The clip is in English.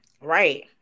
Right